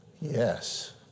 Yes